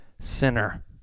sinner